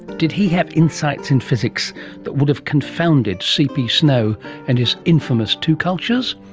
did he have insights in physics that would have confounded cp snow and his infamous two cultures?